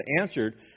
answered